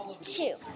two